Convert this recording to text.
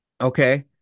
Okay